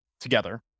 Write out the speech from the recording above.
together